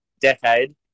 decade